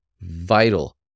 vital